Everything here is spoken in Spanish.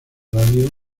radio